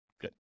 Good